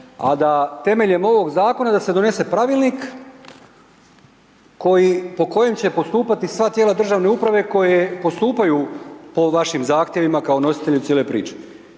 a da temeljem ovog zakona da se donese pravilnik koji, po kojem će postupati sva tijela državne uprave koje postupaju po vašim zahtjevima kao nositelju cijele priče.